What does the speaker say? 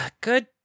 good